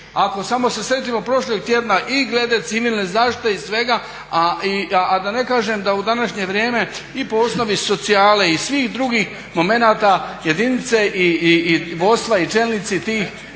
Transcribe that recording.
Ako samo se sjetimo prošlog tjedna i glede civilne zaštite i svega, a da ne kažem da u današnje vrijeme i po osnovi socijale i svih drugih momenata jedinice i vodstva i čelnici tih